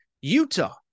Utah